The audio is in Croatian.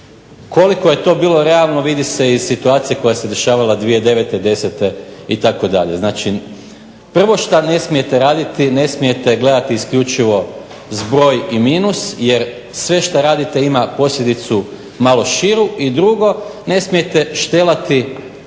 Koliko je to bilo realno vidi se iz situacije koja se dešavala 2009., 10. Itd. Znači prvo što ne smijete raditi, ne smijete gledati zbroj i minus jer sve što radite ima posljedicu malo širu. I drugo, ne smijete štelati